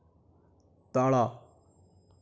ତଳ